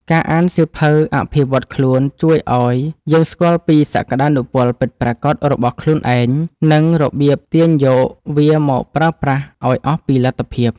ការអានសៀវភៅអភិវឌ្ឍខ្លួនជួយឱ្យយើងស្គាល់ពីសក្ដានុពលពិតប្រាកដរបស់ខ្លួនឯង និងរបៀបទាញយកវាមកប្រើប្រាស់ឱ្យអស់ពីលទ្ធភាព។